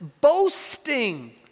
boasting